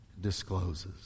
discloses